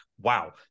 Wow